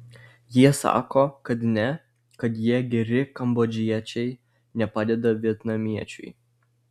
jie sako kad ne kad jie geri kambodžiečiai nepadeda vietnamiečiui